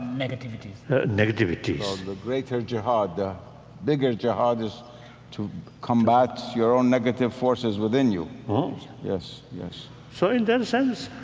negativities negativities the greater jihad, the bigger jihad, is to combat your own negative forces within you know yes, yes so in that sense,